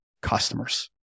customers